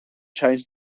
changed